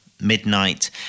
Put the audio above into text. midnight